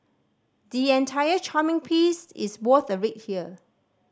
the entire charming piece is worth a read here